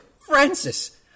Francis